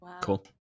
Cool